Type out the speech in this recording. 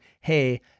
hey